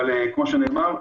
אבל כמו שנאמר,